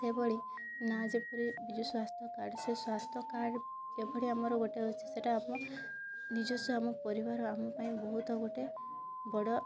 ସେଭଳି ନା ଯେପରି ବିଜୁ ସ୍ୱାସ୍ଥ୍ୟକାର୍ଡ଼୍ ସେ ସ୍ୱାସ୍ଥ୍ୟକାର୍ଡ଼୍ କେଭଳି ଆମର ଗୋଟେ ଅଛି ସେଇଟା ଆମ ନିଜସ୍ଵ ଆମ ପରିବାର ଆମପାଇଁ ବହୁତ ଗୋଟେ ବଡ଼